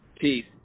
Peace